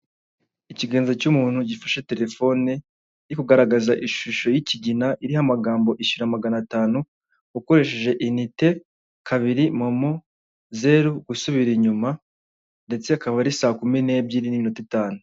Ikiganza cy'umuntu gifashe telefone iri kugaragaza ishusho y'ikigina iriho amagambo ishyura magana atanu ukoresheje inite kabiri momo, zeru gusubira inyuma, ndetse kaba ari saa kumi n'ebyiri n'iminota itanu.